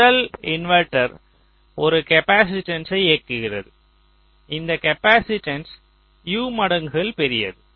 முதல் இன்வெர்ட்டர் ஒரு காப்பாசிட்டன்ஸ்யை இயக்குகிறது இந்த காப்பாசிட்டன்ஸ் U மடங்குகள் பெரியது